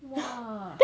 !wah!